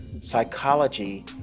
psychology